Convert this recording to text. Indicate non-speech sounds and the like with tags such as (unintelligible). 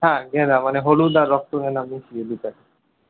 হ্যাঁ গাঁদা মানে হলুদ আর রক্ত গাঁদা মিশিয়ে (unintelligible)